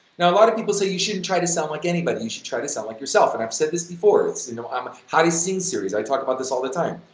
now a lot of people say you shouldn't try to sound like anybody, you should try to sound like yourself and i've said this before it's in my ah um ah how to sing series, i talk about this all the time,